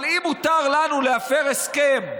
אבל אם מותר לנו להפר הסכם,